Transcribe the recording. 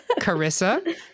Carissa